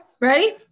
ready